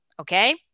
okay